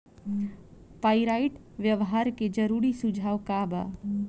Pyrite व्यवहार के जरूरी सुझाव का वा?